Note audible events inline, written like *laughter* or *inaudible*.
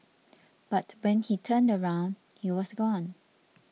*noise* but when he turned around he was gone